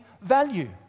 value